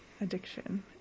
addiction